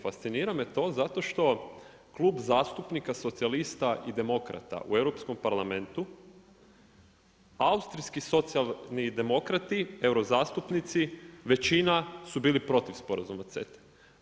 Fascinira me zato što klub zastupnika socijalista i demokrata u Europskom parlamentu, austrijski socijalni demokrati, eurozastupnici većina su bili protiv sporazumima CETA-a.